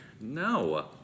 no